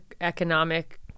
economic